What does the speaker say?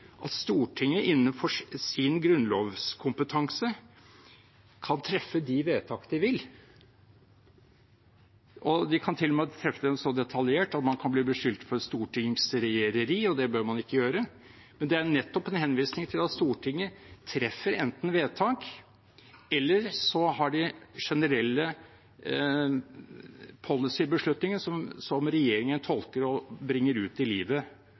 og med treffe dem så detaljert at man kan bli beskyldt for stortingsregjereri, og det bør man ikke bedrive. Men det er nettopp en henvisning til at Stortinget enten treffer vedtak eller har generelle policy-beslutninger som regjeringen tolker og bringer ut i livet,